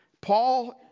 Paul